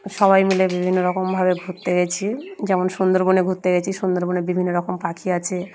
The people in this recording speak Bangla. সবাই মিলে বিভিন্ন রকমভাবে ঘুরতে গিয়েছি যেমন সুন্দরবনে ঘুরতে গিয়েছি সুন্দরবনে বিভিন্ন রকম পাখি আছে